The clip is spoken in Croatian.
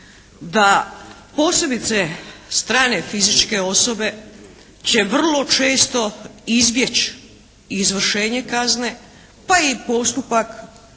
da posebice strane fizičke osobe će vrlo često izbjeći izvršenje kazne pa i postupak.